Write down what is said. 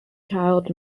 child